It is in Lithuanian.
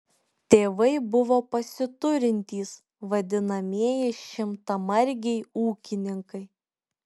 tėvai buvo pasiturintys vadinamieji šimtamargiai ūkininkai